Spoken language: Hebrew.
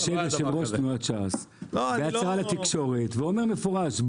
יושב יושב-ראש תנועת ש"ס בהצעה לתקשורת ואומר מפורש,